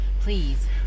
Please